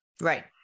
Right